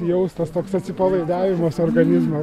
jausmas toks atsipalaidavimas organizmo